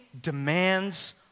demands